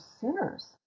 sinners